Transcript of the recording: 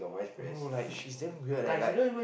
no like she's damn weird leh like